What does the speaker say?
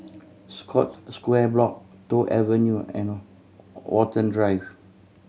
Scotts Square Block Toh Avenue and Watten Drive